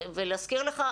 להזכיר לך,